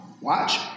watch